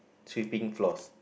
sweeping floors